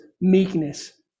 meekness